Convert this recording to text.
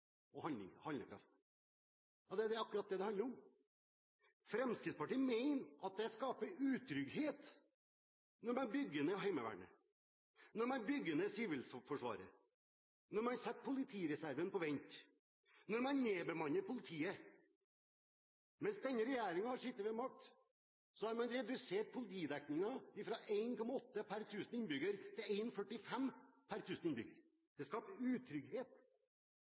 og handlekraft. Ja, det er akkurat det det handler om. Fremskrittspartiet mener at det skaper utrygghet når man bygger ned Heimevernet, når man bygger ned Sivilforsvaret, når man setter politireserven på vent, når man nedbemanner politiet. Mens denne regjeringen har sittet med makt, har man redusert politidekningen fra 1,8 per tusen innbyggere til 1,45 per tusen innbyggere. Det skaper utrygghet.